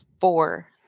four